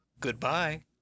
Goodbye